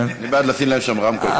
אני בעד לשים להם שם רמקול קטן.